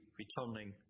returning